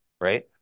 right